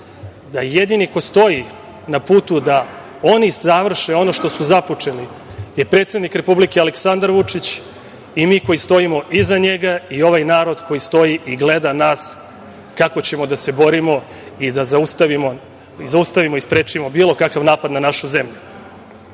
da jedini ko stoji na putu da oni završe ono što su započeli je predsednik republike Aleksandar Vučić i mi koji stoji iza njega i ovaj narod koji stoji i gleda nas kako ćemo da se borimo i da zaustavimo i sprečimo bilo kakav napad na našu zemlju. Mi